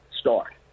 start